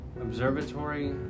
observatory